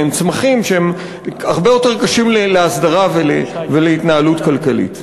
הם צמחים שהם הרבה יותר קשים להסדרה ולהתנהלות כלכלית.